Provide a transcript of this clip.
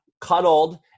cuddled